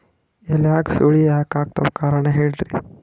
ಎಲ್ಯಾಗ ಸುಳಿ ಯಾಕಾತ್ತಾವ ಕಾರಣ ಹೇಳ್ರಿ?